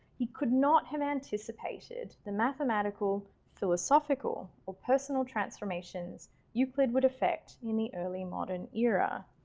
he could not have anticipated the mathematical, philosophical or personal transformations euclid would affect in the early modern era.